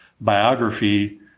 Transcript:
biography